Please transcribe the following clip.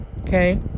Okay